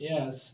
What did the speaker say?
Yes